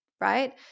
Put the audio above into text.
right